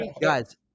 Guys